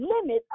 limit